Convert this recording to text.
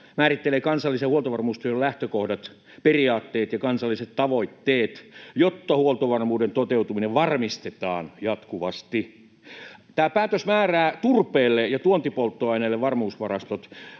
määrittelee kansallisen huoltovarmuustyön lähtökohdat, periaatteet ja kansalliset tavoitteet, jotta huoltovarmuuden toteutuminen varmistetaan jatkuvasti. Tämä päätös määrää turpeelle ja tuontipolttoaineille varmuusvarastot.